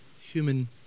human